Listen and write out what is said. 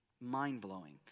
Mind-blowing